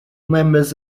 members